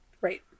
right